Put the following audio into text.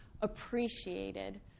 appreciated